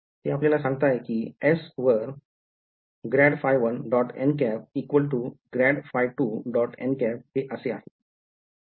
ते आपल्याला सांगताय कि एस वर ∇ϕ1 · ∇ϕ2 · हे असे आहे